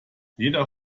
jeder